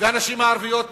והנשים הערביות בכלל,